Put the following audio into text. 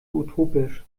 utopisch